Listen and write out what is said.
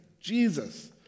Jesus